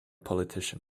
politician